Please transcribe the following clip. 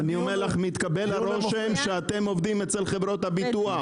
מתקבל הרושם שאתם עובדים אצל חברות הביטוח,